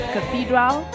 Cathedral